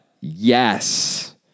yes